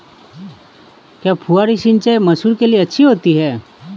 क्या फुहारी सिंचाई मसूर के लिए अच्छी होती है?